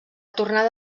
tornada